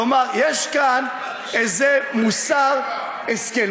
כלומר, יש כאן איזה מוסר השכל.